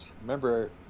Remember